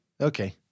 Okay